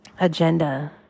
agenda